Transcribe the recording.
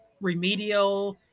remedial